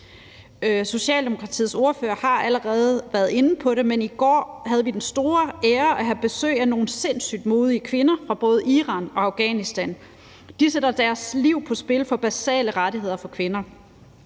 Socialdemokratiets ordfører har allerede været inde på det, men i går havde vi den store ære at have besøg af nogle sindssygt modige kvinder fra både Iran og Afghanistan. De sætter deres liv på spil for basale rettigheder for kvinder,